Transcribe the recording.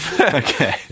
Okay